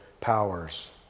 powers